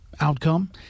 outcome